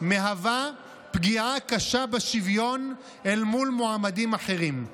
מהווה פגיעה קשה בשוויון אל מול מועמדים אחרים.